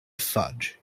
fudge